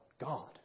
God